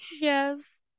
Yes